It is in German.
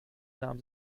nahm